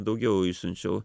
daugiau išsiunčiau